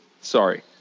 sorry